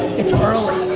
it's early.